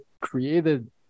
created